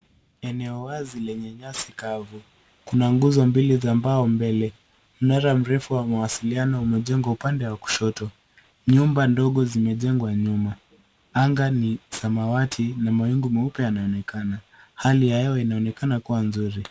Eneo wazi lenye nyasi kavu, kuna nguzo mbili za mbao mbele, mnara mrefu wa mawasiliano umejengwa upande wa kushoto. Nyumba ndogo zimejengwa nyuma, anga ni samawati na mawingu meupe yanaonekana, hali ya hewa inaonekana kuwa nzuri.